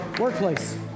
workplace